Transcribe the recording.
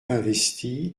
investi